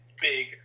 big